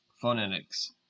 phonetics